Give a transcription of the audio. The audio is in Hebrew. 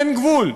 אין גבול,